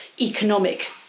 economic